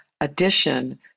addition